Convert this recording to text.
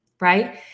right